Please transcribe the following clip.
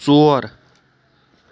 ژور